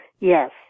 Yes